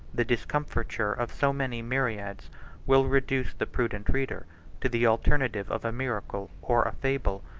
the discomfiture of so many myriads will reduce the prudent reader to the alternative of a miracle or a fable.